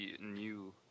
new